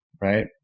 Right